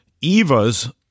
Eva's